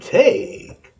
take